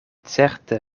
certe